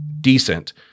decent